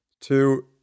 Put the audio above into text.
two